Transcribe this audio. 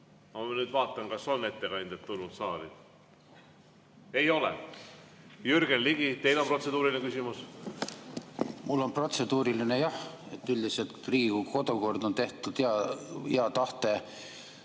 Ma nüüd vaatan, kas on ettekandjad tulnud saali. Ei ole. Jürgen Ligi, teil on protseduuriline küsimus. Mul on protseduuriline, jah. Üldiselt Riigikogu kodukord on tehtud heas tahtes